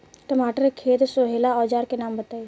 टमाटर के खेत सोहेला औजर के नाम बताई?